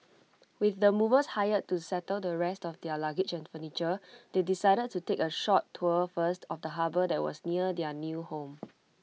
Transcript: with the movers hired to settle the rest of their luggage and furniture they decided to take A short tour first of the harbour that was near their new home